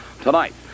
Tonight